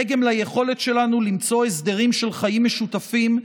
דגם ליכולת שלנו למצוא הסדרים של חיים משותפים,